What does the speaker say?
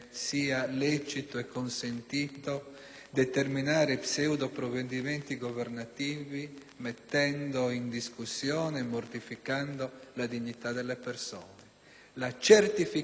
determinare pseudoprovvedimenti governativi mettendo in discussione e mortificando la dignità delle persone. La certificazione della propria indigenza